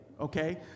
Okay